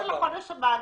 יחיא (הרשימה המשותפת): של החודש הבא.